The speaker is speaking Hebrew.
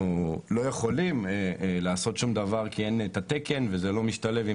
אנחנו לא יכולים לעשות שום דבר כי אין את התקן וזה לא משתלב עם